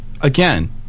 again